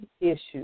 issues